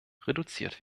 reduziert